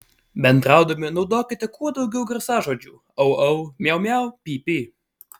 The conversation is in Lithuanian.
bendraudami naudokite kuo daugiau garsažodžių au au miau miau py py